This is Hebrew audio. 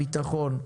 ביטחון,